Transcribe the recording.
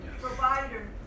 provider